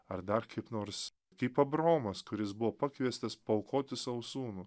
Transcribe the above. ar dar kaip nors kaip abraomas kuris buvo pakviestas paaukoti sau sūnų